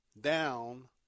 down